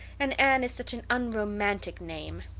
and anne is such an unromantic name.